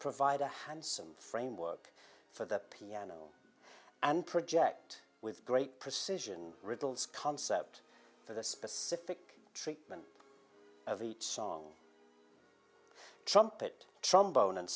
provide a handsome framework for the piano and project with great precision riddles concept for the specific treatment of each song trumpet trombone and